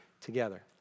together